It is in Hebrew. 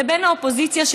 לבין האופוזיציה,